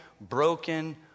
broken